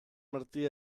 martí